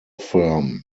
firm